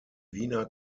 wiener